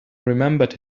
remembered